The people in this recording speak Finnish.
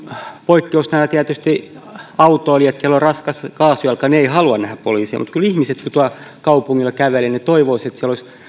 poikkeuksena ovat autoilijat joilla on raskas kaasujalka he eivät halua nähdä poliisia mutta kyllä ihmiset kun tuolla kaupungilla kävelevät toivoisivat että siellä olisivat